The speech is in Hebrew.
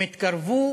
הם התקרבו